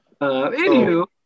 anywho